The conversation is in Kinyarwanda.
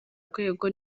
rwego